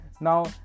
now